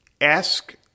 ask